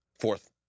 Fourth